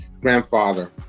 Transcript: grandfather